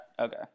Okay